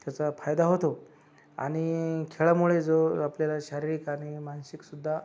त्याचा फायदा होतो आणि खेळामुळे जो आपल्याला शारीरिक आणि मानसिकसुद्धा